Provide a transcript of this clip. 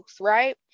right